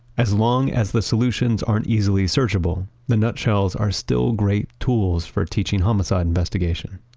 as long as the solutions aren't easily searchable, the nutshells are still great tools for teaching homicide investigation,